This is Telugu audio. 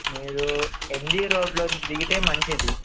మీరు ఎంజి రోడ్లో దిగితే మంచిది